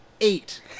Eight